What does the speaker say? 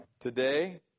today